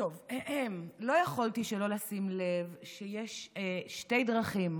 לא יכולתי שלא לשים לב שיש שתי דרכים,